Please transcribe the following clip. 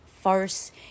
farce